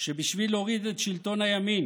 שבשביל להוריד את שלטון הימין